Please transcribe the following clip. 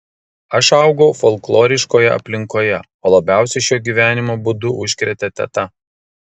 aš augau folkloriškoje aplinkoje o labiausiai šiuo gyvenimo būdu užkrėtė teta